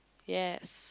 yes